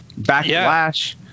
Backlash